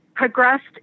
progressed